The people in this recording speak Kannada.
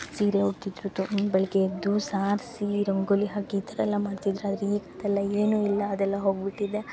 ಸೀರೆ ಉಡ್ತಿದ್ರದ್ದು ಬೆಳಗ್ಗೆ ಎದ್ದು ಸಾರಿಸಿ ರಂಗೋಲಿ ಹಾಕಿ ಈ ಥರ ಎಲ್ಲ ಮಾಡ್ತಿದ್ದರು ಆದರೆ ಈಗ ಅದೆಲ್ಲ ಏನು ಇಲ್ಲ ಅದೆಲ್ಲ ಹೋಗ್ಬಿಟ್ಟಿದೆ